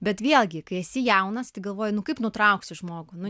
bet vėlgi kai esi jaunas tai galvoji nu kaip nutrauksi žmogų nu